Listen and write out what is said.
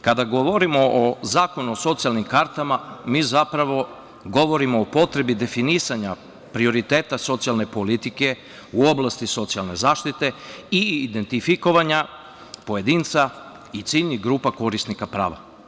Kada govorimo o zakonu o socijalnim kartama, mi zapravo govorimo o potrebi definisanja prioriteta socijalne politike u oblasti socijalne zaštite i identifikovanja pojedinca i ciljnih grupa korisnika prava.